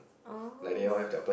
oh